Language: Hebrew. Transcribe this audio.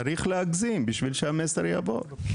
צריך להגזים בשביל שהמסר יעבור.